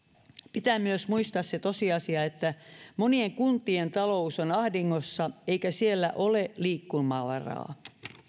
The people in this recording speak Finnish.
pitää myös muistaa se tosiasia että monien kuntien talous on ahdingossa eikä siellä ole liikkumavaraa